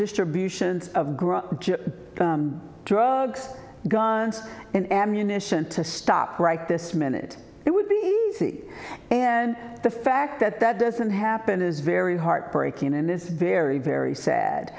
distribution of growth drugs guns and ammunition to stop right this minute it would be easy and the fact that that doesn't happen is very heartbreaking and it's very very sad